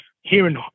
hearing